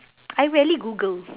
I rarely google